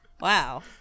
Wow